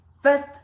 First